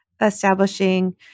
establishing